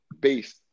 based